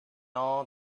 all